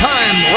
Time